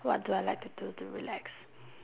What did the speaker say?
what do I like to do to relax